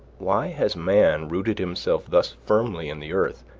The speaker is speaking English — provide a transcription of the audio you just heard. why has man rooted himself thus firmly in the earth,